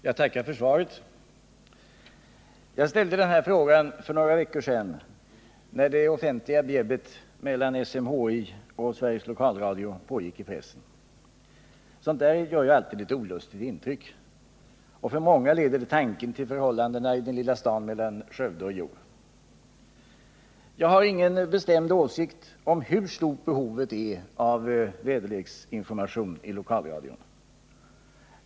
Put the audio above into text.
Herr talman! Jag tackar för svaret. Jag ställde min fråga för några veckor sedan, när det offentliga bjäbbet mellan SMHI och Sveriges Lokalradio pågick i pressen. Sådant ger alltid ett olustigt intryck, och för många leder det tankarna till förhållandena i den lilla staden mellan Skövde och Hjo. Jag har ingen bestämd åsikt om hur stort behovet av väderleksinformationer via lokalradion är.